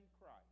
Christ